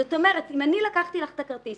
זאת אומרת, אם אני לקחתי לך את הכרטיס